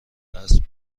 اسب